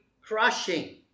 crushing